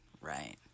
right